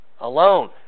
alone